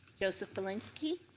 joseph bielanski.